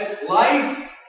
life